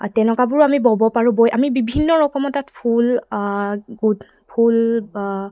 তেনেকুৱাবোৰো আমি ব'ব পাৰোঁ বৈ আমি বিভিন্ন ৰকমত তাত ফুল ফুল